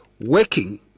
working